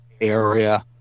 area